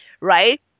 right